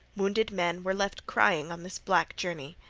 wounded men were left crying on this black journey.